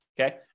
okay